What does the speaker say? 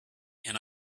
and